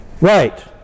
right